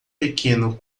pequeno